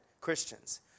christians